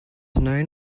known